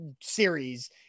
series